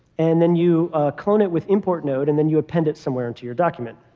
and then you clone it with important node. and then you append it somewhere into your document.